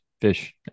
fish